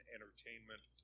Entertainment